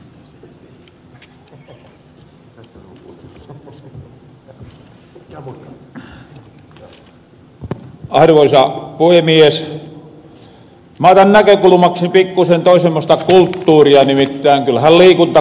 mä otan näkökulmakseni pikkusen toisenmoista kulttuuria nimittäin kyllähän liikuntakulttuurikin on kulttuuria